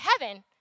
heaven